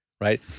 right